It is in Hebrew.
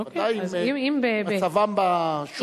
בוודאי אם מצבם בשוק,